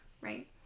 Right